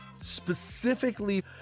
specifically